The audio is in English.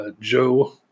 Joe